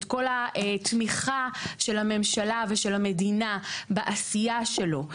את כל התמיכה של הממשלה ושל המדינה בעשייה שלו,